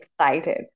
excited